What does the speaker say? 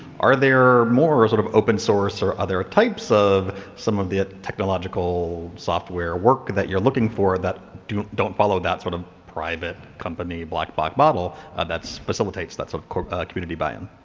are there more sort of open source or other types of some of the technological software work that you're looking for that don't don't follow that sort of private company black black bottle that's facilitates that sort of community buy in?